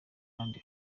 kandi